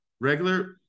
regular